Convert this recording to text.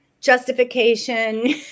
justification